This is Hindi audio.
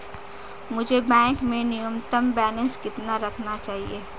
मुझे बैंक में न्यूनतम बैलेंस कितना रखना चाहिए?